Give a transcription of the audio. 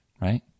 Right